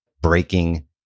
breaking